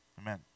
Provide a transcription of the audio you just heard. Amen